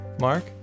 Mark